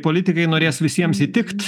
politikai norės visiems įtikt